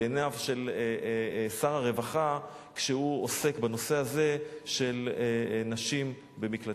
לעיניו של שר הרווחה כשהוא עוסק בנושא הזה של נשים במקלטים.